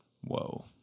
Whoa